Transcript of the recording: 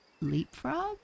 Leapfrog